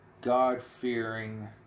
God-fearing